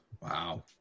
Wow